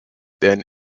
then